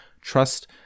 trust